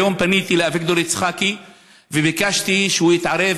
היום פניתי לאביגדור יצחקי וביקשתי שהוא יתערב